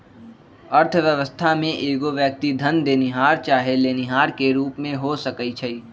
अर्थव्यवस्था में एगो व्यक्ति धन देनिहार चाहे लेनिहार के रूप में हो सकइ छइ